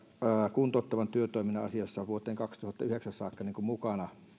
kuntouttavan työtoiminnan asioissa vuoteen kaksituhattayhdeksän saakka mukana